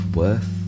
worth